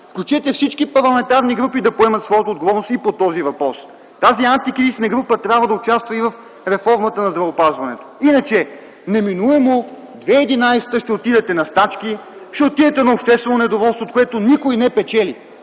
Включете всички парламентарни групи да поемат своята отговорност и по този въпрос. Тази антикризисна група трябва да участва и в реформата на здравеопазването, иначе неминуемо 2011 г. ще отидете на стачки, ще отидете на обществено недоволство, от което никой не печели,